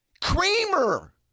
Kramer